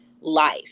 life